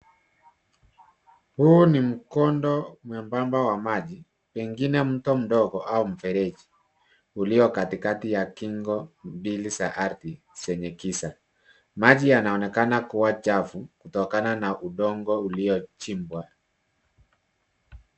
Huu ni mkondo mwebamba wa maji pengine mto mdogo au mfereji uliokatikati ya kingo mbili za ardhi zenye kisa. Maji yanaonekana kuwa chafu kutokana na udongo uliochimbwa.